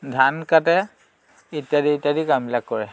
ধান কাটে ইত্যাদি ইত্যাদি কামবিলাক কৰে